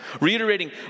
Reiterating